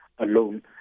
alone